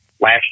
last